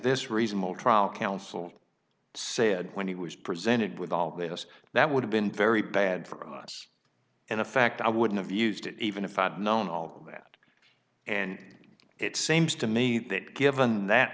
this reasonable trial counsel said when he was presented with all the us that would have been very bad for us and in fact i wouldn't have used it even if i'd known all that and it seems to me that given that